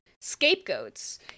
scapegoats